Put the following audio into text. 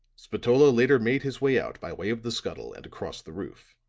spatola later made his way out by way of the scuttle and across the roof,